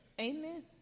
Amen